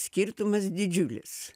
skirtumas didžiulis